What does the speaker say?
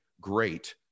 great